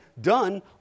done